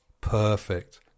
perfect